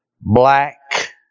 black